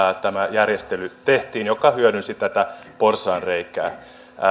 tämä järjestely tehtiin joka hyödynsi tätä porsaanreikää